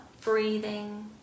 breathing